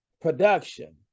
production